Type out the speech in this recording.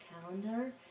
calendar